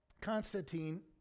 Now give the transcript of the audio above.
Constantine